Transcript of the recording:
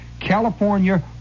California